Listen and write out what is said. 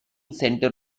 centers